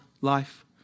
life